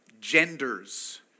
genders